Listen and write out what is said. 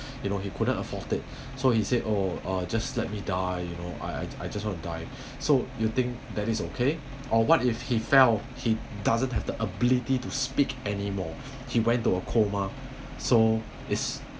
you know he couldn't afford it so he said oh uh just let me die you know I I I just want to die so you think that is okay or what if he felt he doesn't have the ability to speak anymore he went to a coma so is